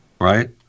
right